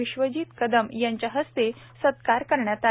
विश्वजीतकदमयांच्याहस्तेसत्कारकरण्यातआला